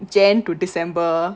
jan to december